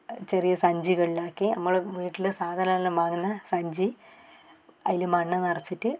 ചെറിയ സഞ്ചികളിലാക്കി നമ്മൾ വീട്ടിൽ സാധനങ്ങൾ എല്ലാം വാങ്ങുന്ന സഞ്ചി അതിൽ മണ്ണ് നിറച്ചിട്ട്